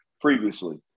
previously